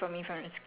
ya